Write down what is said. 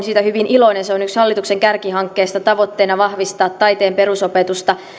siitä hyvin iloinen se on yksi hallituksen kärkihankkeista tavoitteena vahvistaa taiteen perusopetusta